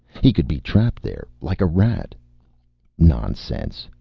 he could be trapped there like a rat nonsense,